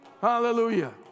Hallelujah